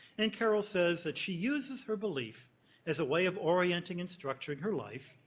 and carol says that she uses her belief as a way of orienting and structuring her life,